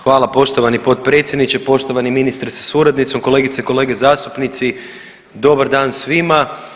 Hvala poštovani potpredsjedniče, poštovani ministre sa suradnicom, kolegice i kolege zastupnici dobar dan svima.